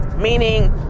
meaning